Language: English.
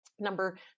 number